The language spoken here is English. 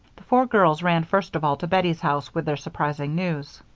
the four girls ran first of all to bettie's house with their surprising news.